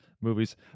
movies